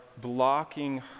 blocking